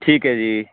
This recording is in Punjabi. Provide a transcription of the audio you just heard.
ਠੀਕ ਹੈ ਜੀ